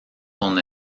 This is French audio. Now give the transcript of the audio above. son